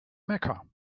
mecca